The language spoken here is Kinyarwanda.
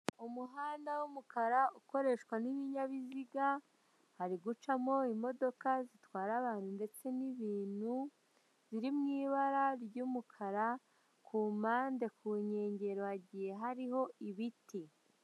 Umuhanda w'umukara ukoreshwa n'ibinyabiziga, hari gucamo imodoka zitwara abantu ndetse n'ibintu biri mu ibara ry'umukara, ku mpande ku nkengero hagiye hariho ibiti.